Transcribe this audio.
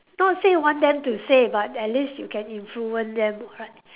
not say want them to say but at least you can influence them [what]